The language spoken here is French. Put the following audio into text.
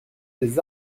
des